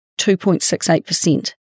2.68%